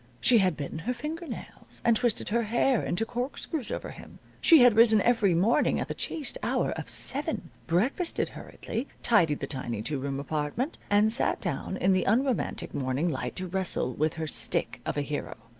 she had bitten her finger nails, and twisted her hair into corkscrews over him. she had risen every morning at the chaste hour of seven, breakfasted hurriedly, tidied the tiny two-room apartment, and sat down in the unromantic morning light to wrestle with her stick of a hero.